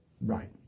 Right